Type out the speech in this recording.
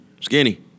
Skinny